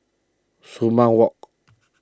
Sumang Walk